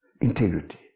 Integrity